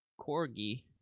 corgi